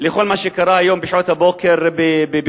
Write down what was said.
של כל מה שקרה היום בשעות הבוקר באום-אל-פחם,